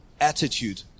attitude